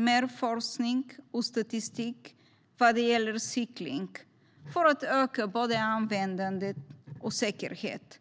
mer forskning och statistik vad gäller cykling prioriteras för att öka både användande och säkerhet.